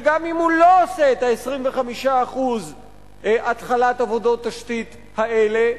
וגם אם הוא לא עושה 25% של התחלת עבודות התשתית האלה,